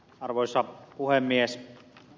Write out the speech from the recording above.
arvoisa puhemies